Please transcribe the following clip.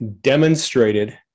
demonstrated